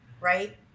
right